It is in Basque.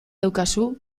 daukazu